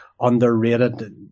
underrated